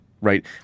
right